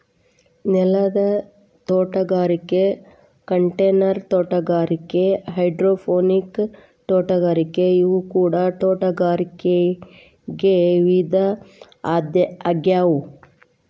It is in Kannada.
ನೆಲದ ತೋಟಗಾರಿಕೆ ಕಂಟೈನರ್ ತೋಟಗಾರಿಕೆ ಹೈಡ್ರೋಪೋನಿಕ್ ತೋಟಗಾರಿಕೆ ಇವು ಕೂಡ ತೋಟಗಾರಿಕೆ ವಿಧ ಆಗ್ಯಾವ